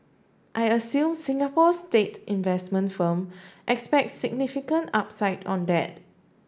I assume Singapore's state investment firm expects significant upside on that